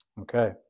okay